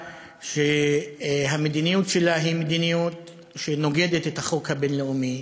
שהמדיניות שלה נוגדת את החוק הבין-לאומי,